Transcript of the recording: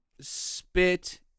spit